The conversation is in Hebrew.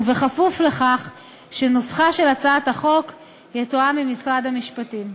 וכפוף לכך שנוסח הצעת החוק יתואם עם משרד המשפטים.